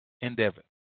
endeavor